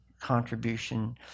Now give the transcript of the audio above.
contribution